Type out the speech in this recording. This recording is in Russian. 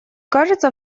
кажется